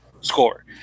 score